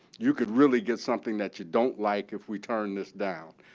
you could really get something that you don't like if we turn this down.